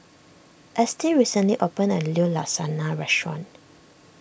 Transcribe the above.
Estie recently opened a new Lasagna restaurant